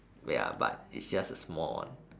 ya but it's just a small one